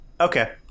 Okay